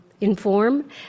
inform